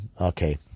Okay